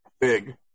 big